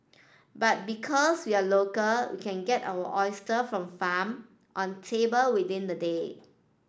but because we are local we can get our oyster from farm on table within the day